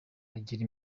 igira